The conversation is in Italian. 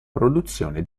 produzione